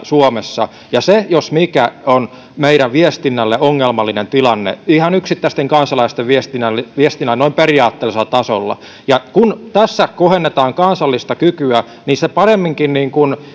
suomessa ja se jos mikä on meidän viestinnälle ongelmallinen tilanne ihan yksittäisten kansalaisten viestinnälle noin periaatteellisella tasolla kun tässä kohennetaan kansallista kykyä niin se paremminkin